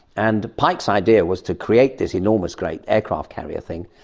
and pyke's idea was to create this enormous great aircraft carrier thing,